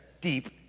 deep